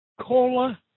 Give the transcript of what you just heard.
cola